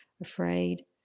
afraid